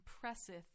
presseth